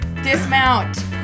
Dismount